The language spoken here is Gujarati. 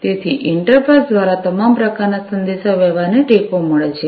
તેથી ઇન્ટર પાસ દ્વારા તમામ પ્રકારના સંદેશાવ્યવહારને ટેકો મળે છે